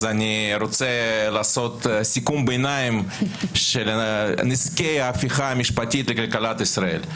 אני רוצה לעשות סיכום ביניים של נזקי ההפיכה המשפטית לכלכלת ישראל.